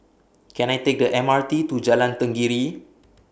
Can I Take The M R T to Jalan Tenggiri